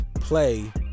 play